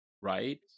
right